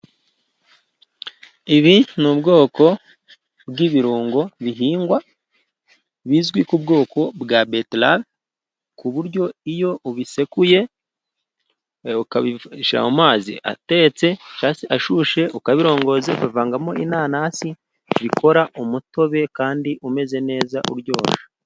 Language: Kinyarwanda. Ibi ni ubwoko bw'ibirungo bihingwa bizwi ku bwoko bwa beterave ku buryo iyo ubisekuye ukabishyira mu mazi atetse, cyangwa se ashyushye ukabirongoza, ukavangamo inanasi bikora umutobe kandi umeze neza uryoshe.